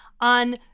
on